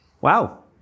Wow